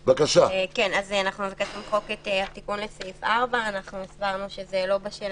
אנחנו נבקש למחוק את התיקון לסעיף 4. אנחנו הסברנו שזה עדיין לא בשל